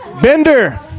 Bender